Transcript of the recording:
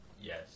Yes